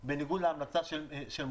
בניגוד להמלצה של הדרג המקצועי במשרד החקלאות,